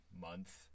month